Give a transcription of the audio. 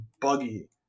buggy